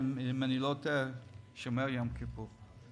אם אני לא טועה, שומרים את יום כיפור.